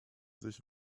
sich